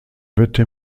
wette